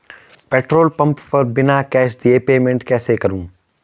Petrol pump पर बिना cash दिए पेमेंट कैसे करूँ?